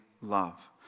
love